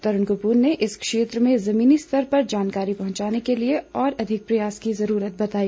तरूण कपूर ने इस क्षेत्र में ज़मीनी स्तर पर जानकारी पहुंचाने के लिए और अधिक प्रयास की ज़रूरत बताई